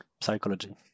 psychology